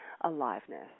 aliveness